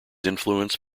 influenced